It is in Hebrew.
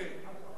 אדוני,